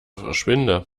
verschwinde